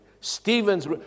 Stephen's